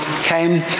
came